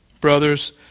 brothers